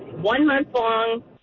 one-month-long